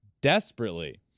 desperately